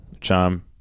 Cham